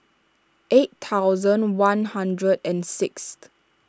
eight thousand one hundred and sixth